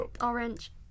orange